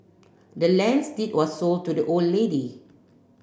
the land's deed was sold to the old lady